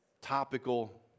topical